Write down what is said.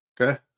Okay